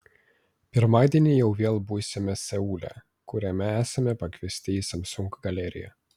pirmadienį jau vėl būsime seule kuriame esame pakviesti į samsung galeriją